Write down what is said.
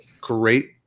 great